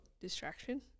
distraction